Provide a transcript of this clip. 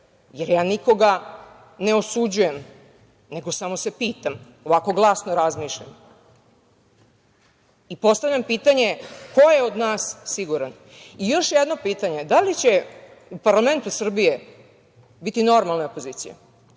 jer ja nikoga ne osuđujem, nego samo se pitam, ovako glasno razmišljam. Postavljam pitanje, ko je od nas siguran? Još jedno pitanje. Da li će u parlamentu Srbije biti normalne opozicije?